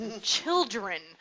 Children